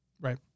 Right